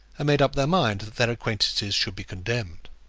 and made up their mind that their acquaintances should be condemned.